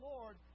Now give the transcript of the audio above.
Lord